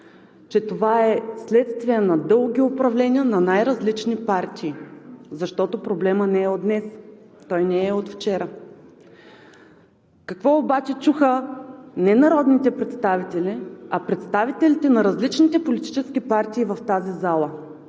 че това е следствие на дълги управления на най-различни партии, защото проблемът не е от днес. Той не е и от вчера. Какво обаче чуха не народните представители, а представителите на различните политически партии в тази зала.